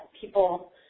people